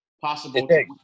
possible